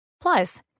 Plus